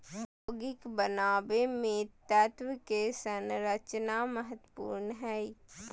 यौगिक बनावे मे तत्व के संरचना महत्वपूर्ण हय